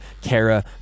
Kara